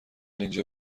اینجا